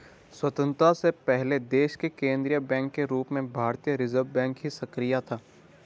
स्वतन्त्रता से पहले देश के केन्द्रीय बैंक के रूप में भारतीय रिज़र्व बैंक ही सक्रिय था